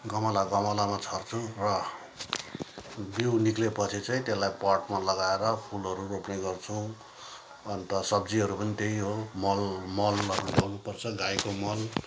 गमला गमलामा छर्छु र बिउ निक्लेपछि पटमा लगाएर फुलहरू रोप्ने गर्छौँ अन्त सब्जीहरू पनि त्यही हो मल लगाइ रहनुपर्छ गाईको मल